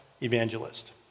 evangelist